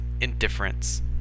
indifference